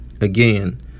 Again